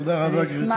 אני אשמח.